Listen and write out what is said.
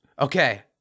Okay